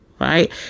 right